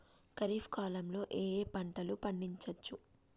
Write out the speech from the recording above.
ఖరీఫ్ కాలంలో ఏ ఏ పంటలు పండించచ్చు?